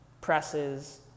presses